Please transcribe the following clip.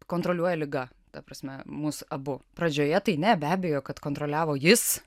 kontroliuoja liga ta prasme mus abu pradžioje tai ne be abejo kad kontroliavo jis